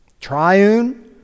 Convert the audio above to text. Triune